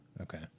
Okay